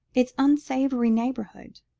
its unsavoury neighbourhood,